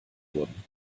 wurden